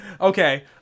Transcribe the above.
Okay